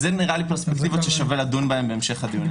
אלה נראות לי פרספקטיבות ששווה לדון בהן בהמשך הדיונים.